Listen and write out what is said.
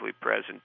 present